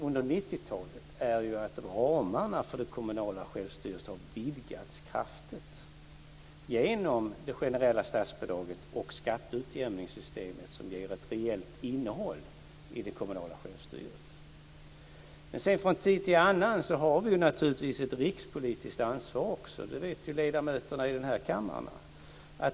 Under 90-talet har ju ramarna för det kommunala självstyret vidgats kraftigt genom det generella statsbidraget och skatteutjämningssystemet som ger ett reellt innehåll i det kommunala självstyret. Men från tid till annan har vi ju naturligtvis ett rikspolitiskt ansvar också. Det vet ju ledamöterna i den här kammaren.